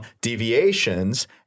deviations